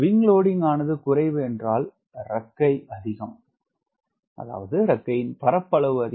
WS ஆனது குறைவு என்றால் இறக்கை அதிகம்